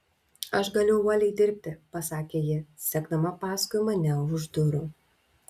aš galiu uoliai dirbti pasakė ji sekdama paskui mane už durų